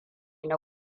na